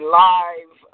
live